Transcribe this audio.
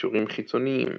קישורים חיצוניים